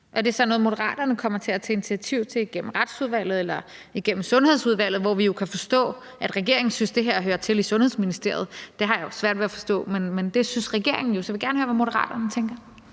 have, noget, Moderaterne kommer til at tage initiativ til igennem Retsudvalget eller igennem Sundhedsudvalget? Vi kan jo forstå, at regeringen synes, at det her hører til i Sundhedsministeriet; det har jeg jo svært ved at forstå, men det synes regeringen jo. Så jeg vil gerne høre, hvad Moderaterne tænker.